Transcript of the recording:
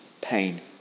pain